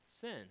sin